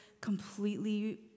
completely